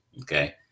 Okay